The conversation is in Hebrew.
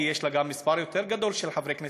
כי יש לה גם מספר יותר גדול של חברי כנסת.